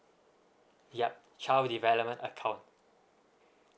yup child development account